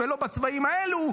ולא בצבעים האלה,